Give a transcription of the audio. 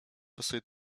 pasuje